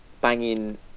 banging